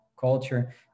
culture